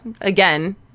again